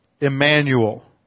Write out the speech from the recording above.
Emmanuel